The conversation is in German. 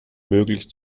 möglich